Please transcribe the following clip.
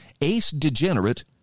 ace-degenerate